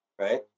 right